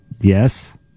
Yes